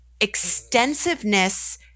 extensiveness